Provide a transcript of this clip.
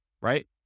right